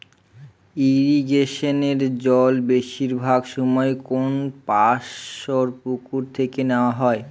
ইরিগেশনের জল বেশিরভাগ সময় কোনপাশর পুকুর থেকে নেওয়া হয়